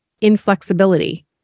inflexibility